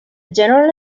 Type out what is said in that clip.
general